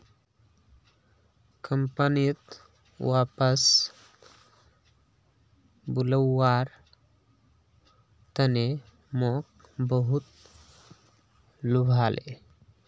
कंपनीत वापस बुलव्वार तने मोक बहुत लुभाले